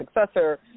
successor